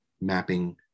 mapping